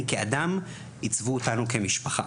בני כאדם, עיצבו אותנו כמשפחה.